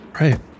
Right